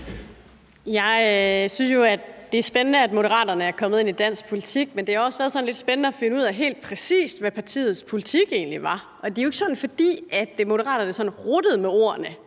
Jeg synes jo, det er spændende, at Moderaterne er kommet ind i dansk politik, men det har også været sådan lidt spændende at finde ud af, helt præcis hvad partiets politik egentlig var. Det var jo ikke, fordi Moderaterne sådan ruttede med ordene